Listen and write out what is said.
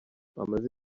amaze